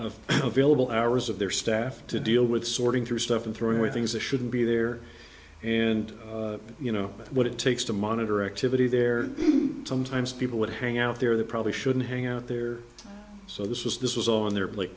e hours of their staff to deal with sorting through stuff and throwing away things that shouldn't be there and you know what it takes to monitor activity there sometimes people would hang out there that probably shouldn't hang out there so this was this was on the